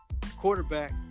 quarterback